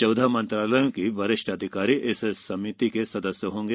चौदह मंत्रालयों के वरिष्ठ अधिकारी इस समिति के सदस्य होंगे